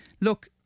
look